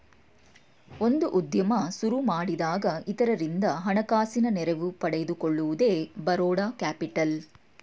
ಒಂದು ಉದ್ಯಮ ಸುರುಮಾಡಿಯಾಗ ಇತರರಿಂದ ಹಣಕಾಸಿನ ನೆರವು ಪಡೆದುಕೊಳ್ಳುವುದೇ ಬರೋಡ ಕ್ಯಾಪಿಟಲ್